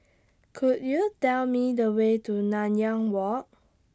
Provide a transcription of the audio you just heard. Could YOU Tell Me The Way to Nanyang Walk